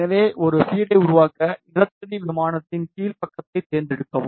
எனவே ஒரு ஃபீடை உருவாக்க நிலத்தடி விமானத்தின் கீழ் பக்கத்தைத் தேர்ந்தெடுக்கவும்